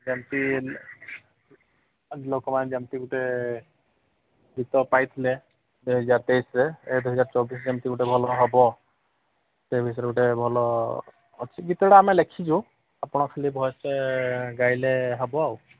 ଯେମିତି ଲୋକମାନେ ଯେମିତି ଗୋଟେ ଗୀତ ପାଇଥିଲେ ଦୁଇହଜାର ତେଇଶିରେ ଏ ଦୁଇହଜାର ଚବିଶିରେ ସେମିତି ଗୋଟେ ଭଲ ହେବ ସେ ବିଷୟରେ ଗୋଟେ ଭଲ ଅଛି ଗୀତଟା ଆମେ ଲେଖିଛୁ ଆପଣ ଖାଲି ଭଏସ୍ରେ ଗାଇଲେ ହେବ ଆଉ